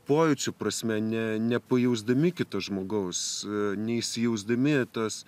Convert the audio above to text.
pojūčių prasme ne nepajausdami kito žmogaus neįsijausdami tos